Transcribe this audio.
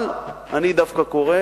אבל אני דווקא קורא